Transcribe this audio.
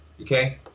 okay